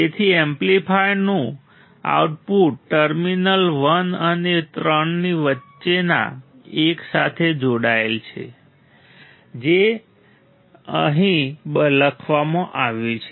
તેથી એમ્પ્લીફાયરનું output terminal 1 અને 3 ની વચ્ચેના એક સાથે જોડાયેલ છે જે તે અહીં લખવામાં આવ્યું છે